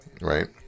right